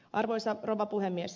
arvoisa rouva puhemies